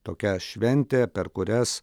tokia šventė per kurias